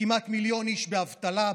כמעט מיליון איש באבטלה,